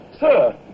Sir